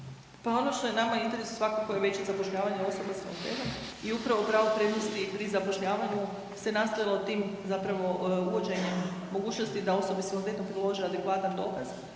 Pa ono što je nama u interesu svakako je veće zapošljavanje osoba s invaliditetom i upravo pravo prednosti pri zapošljavanju se nastavilo tim zapravo uvođenjem mogućnosti da osobe s invaliditetom prilože adekvatan dokaz,